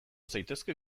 zaitezke